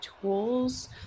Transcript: tools